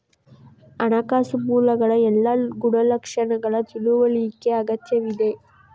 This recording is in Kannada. ಹಣಕಾಸು ಮೂಲಗಳ ಎಲ್ಲಾ ಗುಣಲಕ್ಷಣಗಳ ತಿಳುವಳಿಕೆ ಅಗತ್ಯವಿದೆ